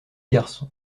garçons